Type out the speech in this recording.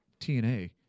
TNA